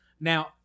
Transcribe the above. Now